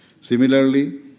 Similarly